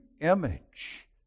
image